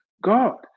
God